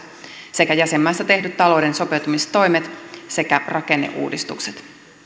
sekä jäsenmaissa tehdyt talouden sopeutumistoimet sekä rakenneuudistukset